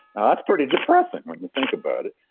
that's pretty depressing when you think about it.